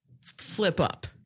flip-up